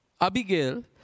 Abigail